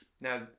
Now